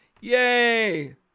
Yay